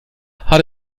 hat